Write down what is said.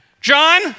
John